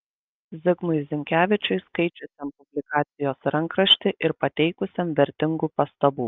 zigmui zinkevičiui skaičiusiam publikacijos rankraštį ir pateikusiam vertingų pastabų